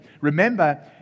Remember